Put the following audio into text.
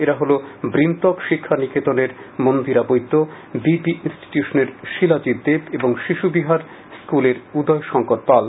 এরা হল বৃন্তক শিক্ষা নিকেতনের মন্দিরা বৈদ্য বি বি ইনস্টিটিউশনের শিলাজিৎ দেব ও শিশুবিহার এইচ এস স্কুলের উদয়শঙ্কর পাল